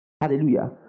Hallelujah